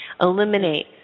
Eliminate